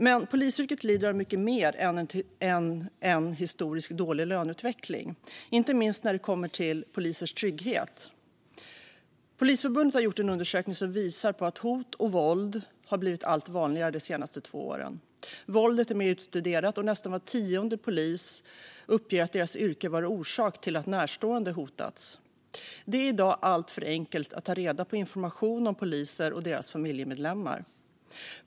Men polisyrket lider av mycket mer än en historiskt dålig löneutveckling. Det handlar inte minst om polisers trygghet. Polisförbundet har gjort en undersökning som visar att hot och våld har blivit allt vanligare de senaste två åren. Våldet är mer utstuderat, och nästan var tionde polis uppger att deras yrke varit orsak till att närstående hotats. Det är i dag alltför enkelt att ta reda på information om poliser och deras familjemedlemmar.